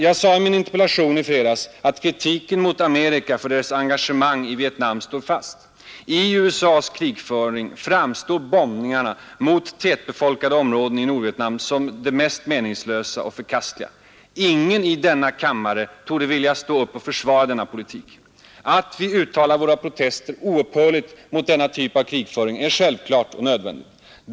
Jag sade i min interpellation att kritiken mot Amerika för dess engagemang i Vietnam står fast. I USA:s krigföring framstår bombningarna mot tätbefolkade områden i Nordvietnam som det mest meningslösa och förkastliga. Ingen i denna kammare torde vilja stå upp och försvara denna politik. Att vi uttalar våra protester oupphörligt mot denna typ av krigföring är självklart och nödvändigt.